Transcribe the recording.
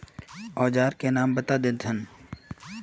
औजार के नाम बता देथिन?